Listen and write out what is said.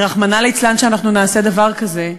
כי רחמנא ליצלן מדבר כזה.